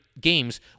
games